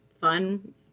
fun